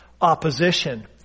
Opposition